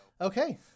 Okay